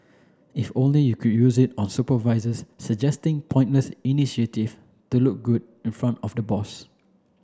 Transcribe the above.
if only you could use it on supervisors suggesting pointless initiative to look good in front of the boss